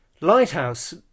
Lighthouse